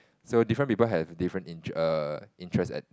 so different people have different interest err interest at